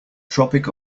tropic